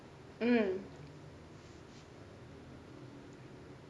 mm